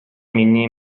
مني